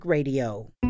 Radio